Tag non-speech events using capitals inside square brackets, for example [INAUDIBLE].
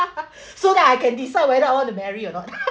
so that I can decide whether I want to marry or not [LAUGHS]